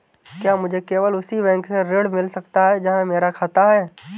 क्या मुझे केवल उसी बैंक से ऋण मिल सकता है जहां मेरा खाता है?